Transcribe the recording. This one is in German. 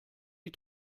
die